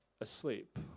Asleep